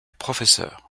professeur